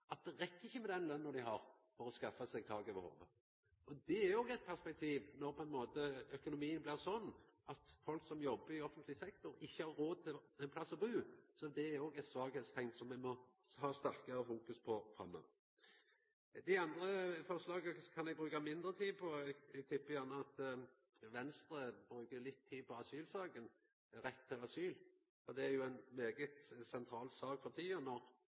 det rekk ikkje med den lønna dei har, når dei vil skaffa seg tak over hovudet. Det er òg eit perspektiv når økonomien blir slik at folk som jobbar i offentleg sektor, ikkje har råd til ein plass å bu. Det er eit svakheitsteikn som me må fokusera sterkare på framover. Dei andre forslaga kan eg bruka mindre tid på. Eg tippar gjerne at Venstre bruker litt tid på asylsaka, rett til asyl. Det er ei svært sentral sak for tida,